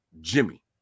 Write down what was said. Jimmy